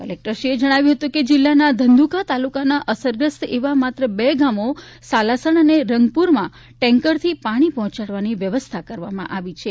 કલેક્ટરશ્રીએ જણાવ્યુ કે જિલ્લાના ધંધુકાતાલુકાના અસરગ્રસ્ત એવા માત્ર બે ગામો સાલાસણ અને રંગપુર માં ટેન્કરથી પાણી પહોચાડવાની વ્યવસ્થા કરવામાં આવી છે